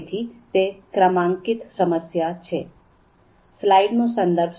તેથી તે ક્રમાંકિત સમસ્યા છે